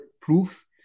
proof